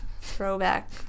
throwback